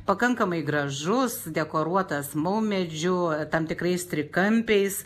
pakankamai gražus dekoruotas maumedžių tam tikrais trikampiais